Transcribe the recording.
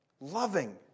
loving